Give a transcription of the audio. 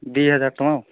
ଦୁଇ ହଜାର ଟଙ୍କା ଆଉ